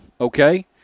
okay